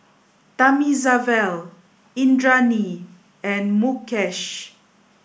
Thamizhavel Indranee and Mukesh